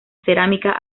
cerámica